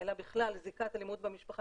אלא בכלל זיקת אלימות במשפחה,